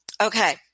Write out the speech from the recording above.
Okay